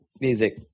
music